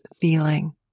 feeling